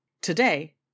Today